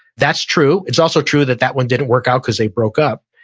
that's true. it's also true that that one didn't work out cause they broke up.